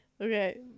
Okay